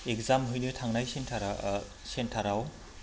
exam हैनो थांनाय सेन्टारा सेन्टाराव